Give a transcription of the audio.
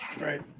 right